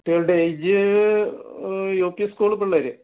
കുട്ടികളുടെ age U P school പിള്ളേര്